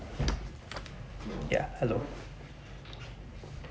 ya hello